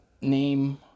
name